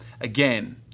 Again